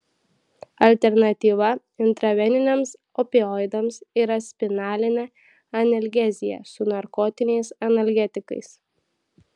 alternatyva intraveniniams opioidams yra spinalinė analgezija su narkotiniais analgetikais